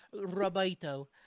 Roberto